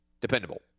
dependable